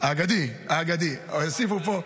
הגיע לא מבושל.